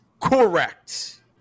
correct